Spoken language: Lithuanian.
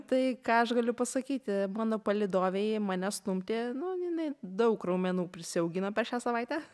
tai ką aš galiu pasakyti mano palydovė ji mane stumdė nu jinai daug raumenų prisiaugino per šią savaitę